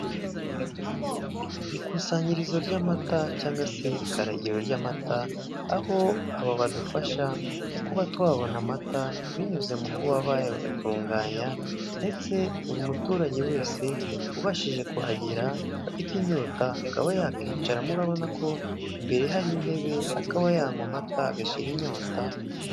Ikusanyirizo ry'amata cyangwa se ikaragiro ry'amata; aho aba badufasha mu kuba twabona amata binyuze mu kuba bayatunganya ndetse buri muturage wese ubashije kuhagera afite inyota akaba yakicaramo urabona ko mbere hari intebe akaba yanywa amata agashira inyota